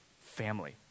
family